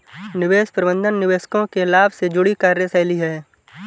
निवेश प्रबंधन निवेशकों के लाभ से जुड़ी कार्यशैली है